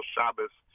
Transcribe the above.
Shabbos